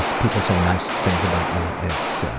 ah people say nice things about me and so